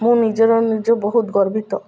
ମୁଁ ନିଜର ନିଜେ ବହୁତ ଗର୍ବିତ